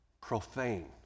profane